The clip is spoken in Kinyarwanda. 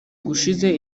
gushize